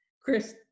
Chris